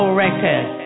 record